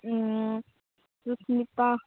Susmita